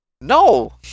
No